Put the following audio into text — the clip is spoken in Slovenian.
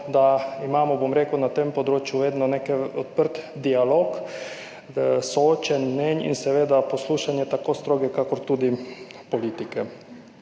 da imamo, bom rekel, na tem področju vedno nek odprt dialog, soočenje mnenj in seveda poslušanje tako stroke kakor tudi politike.